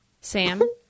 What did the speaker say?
Sam